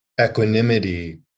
equanimity